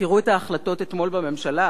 ותראו את ההחלטות אתמול בממשלה,